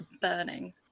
burning